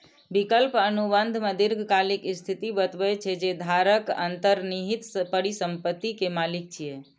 विकल्प अनुबंध मे दीर्घकालिक स्थिति बतबै छै, जे धारक अंतर्निहित परिसंपत्ति के मालिक छियै